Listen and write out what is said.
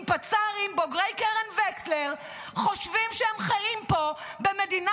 עם פצ"רים בוגרי קרן וקסנר שחושבים שהם חיים פה במדינה